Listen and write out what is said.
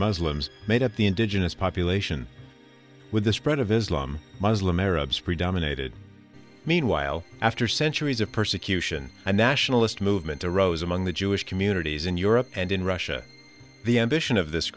muslims made up the indigenous population with the spread of islam muslim arabs predominated meanwhile after centuries of persecution and nationalist movement arose among the jewish communities in europe and in russia the ambition of this